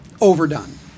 overdone